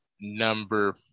number